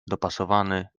dopasowany